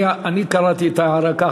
אני קראתי את ההערה,